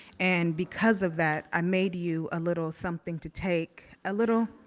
and because of that, i made you a little something to take, a little